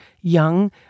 young